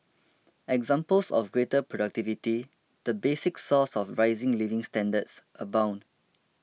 examples of greater productivity the basic source of rising living standards abound